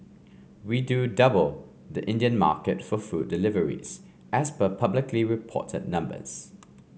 we do double the Indian market for food deliveries as per publicly reported numbers